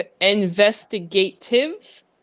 Investigative